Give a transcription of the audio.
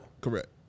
Correct